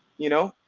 you know.